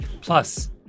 plus